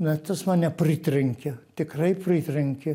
na tas mane pritrenkė tikrai pritrenkė